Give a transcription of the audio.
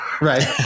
right